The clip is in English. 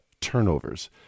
turnovers